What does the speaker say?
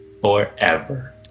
forever